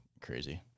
crazy